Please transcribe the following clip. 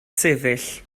sefyll